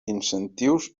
incentius